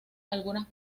algunas